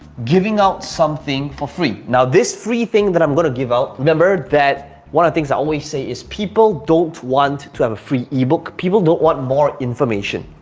giving out something for free. now this free thing that i'm gonna give out, remember that one of the things i always say is people don't want to have a free ebook. people don't want more information.